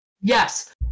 yes